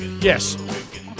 Yes